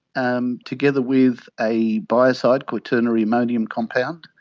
um together with a biocide, quaternary ammonium compound,